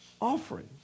offering